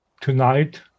tonight